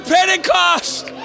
Pentecost